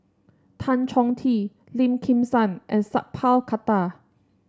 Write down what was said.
Tan Chong Tee Lim Kim San and Sat Pal Khattar